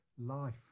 life